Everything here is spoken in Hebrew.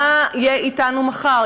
מה יהיה אתנו מחר?